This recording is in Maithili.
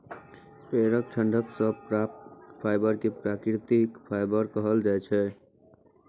पेड़क डंठल सं प्राप्त फाइबर कें प्राकृतिक फाइबर कहल जाइ छै